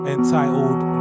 Entitled